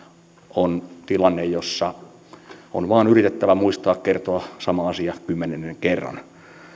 on tilanne jossa on vain yritettävä muistaa kertoa sama asia kymmenennen kerran